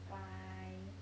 by